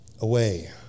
away